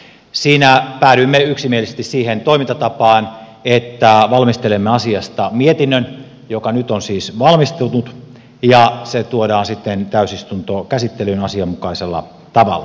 siinä päädyimme yksimielisesti siihen toimintatapaan että valmistelemme asiasta mietinnön joka nyt on siis valmistunut ja se tuodaan sitten täysistuntokäsittelyyn asianmukaisella tavalla